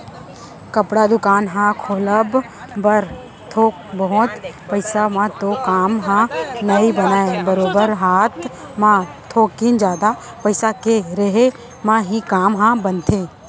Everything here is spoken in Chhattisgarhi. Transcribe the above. कपड़ा दुकान ह खोलब बर थोक बहुत पइसा म तो काम ह नइ बनय बरोबर हात म थोकिन जादा पइसा के रेहे म ही काम ह बनथे